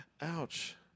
Ouch